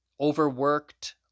overworked